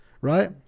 right